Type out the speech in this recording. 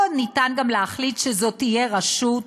או ניתן גם להחליט שזאת תהיה רשות,